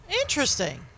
Interesting